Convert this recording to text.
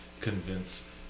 convince